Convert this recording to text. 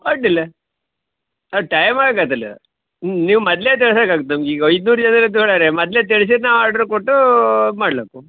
ಅಡ್ಡಿಲ್ಲ ಅದು ಟೈಮ್ ಆಗದಲ್ಲ ನೀವು ಮದ್ಲೆದು ಹೇಗೆ ಆಗತ್ತೆ ನಮ್ಗೆ ಈಗ ಇನ್ನೂರು ಜನ ತಗೋಳರೆ ಮೊದ್ಲೇ ತಿಳ್ಸಿದ್ರೆ ನಾವು ಆರ್ಡ್ರ್ ಕೊಟ್ಟು ಮಾಡ್ಲಕ್ಕು